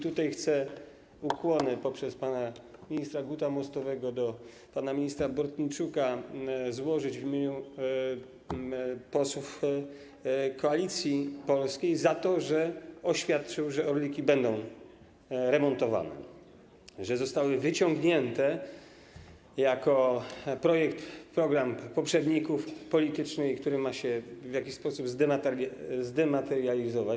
Tutaj chcę przekazać ukłony poprzez pana ministra Gut-Mostowego dla pana ministra Bortniczuka w imieniu posłów Koalicji Polskiej za to, że oświadczył, że orliki będą remontowane, że zostały wyciągnięte jako projekt, program poprzedników politycznych, który ma się w jakiś sposób zmaterializować.